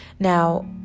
Now